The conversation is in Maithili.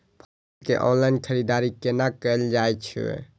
फसल के ऑनलाइन खरीददारी केना कायल जाय छै?